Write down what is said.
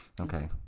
okay